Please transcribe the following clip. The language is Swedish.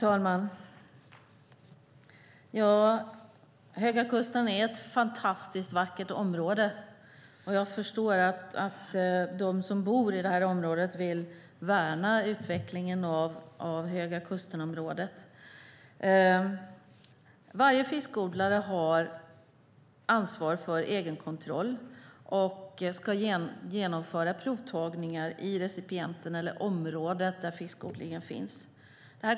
Fru talman! Höga kusten är ett fantastiskt vackert område, och jag förstår att de som bor i det området vill värna utvecklingen av Höga kusten. Varje fiskodlare har ansvar för egenkontroll och ska genomföra provtagningar i recipienten eller området där fiskodlingen finns.